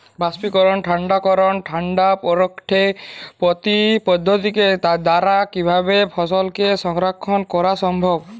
বাষ্পীকরন ঠান্ডা করণ ঠান্ডা প্রকোষ্ঠ পদ্ধতির দ্বারা কিভাবে ফসলকে সংরক্ষণ করা সম্ভব?